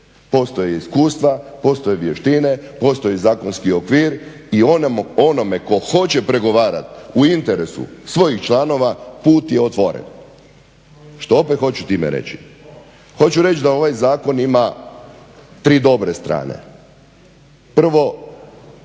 postoje iskustva, postoje vještine, postoji zakonski okvir i onome ko hoće pregovarat u interesu svojih članova put je otvorene. Što opet hoću time reći? Hoću reći da ovaj zakon ima 3 dobre strane, prvo